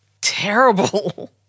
terrible